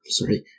sorry